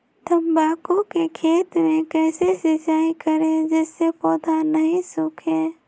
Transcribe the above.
तम्बाकू के खेत मे कैसे सिंचाई करें जिस से पौधा नहीं सूखे?